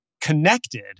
connected